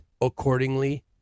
accordingly